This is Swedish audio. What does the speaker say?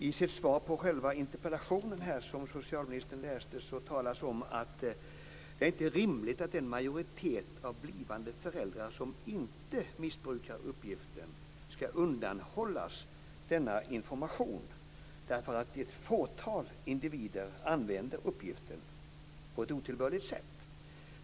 I sitt svar på själva interpellationen som socialministern läste talade han om att det inte är rimligt att en majoritet av blivande föräldrar som inte missbrukar uppgiften skall undanhållas denna information därför att ett fåtal individer använder uppgiften på ett otillbörligt sätt.